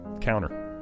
counter